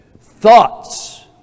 thoughts